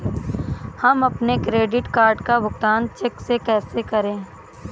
हम अपने credit card का भुगतान चेक से कैसे करें?